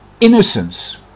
innocence